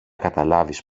καταλάβεις